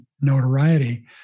notoriety